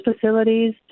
facilities